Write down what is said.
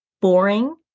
boring